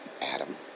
Adam